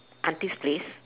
aunty's place